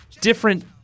Different